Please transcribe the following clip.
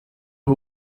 who